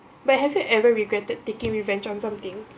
but have you ever regretted taking revenge on something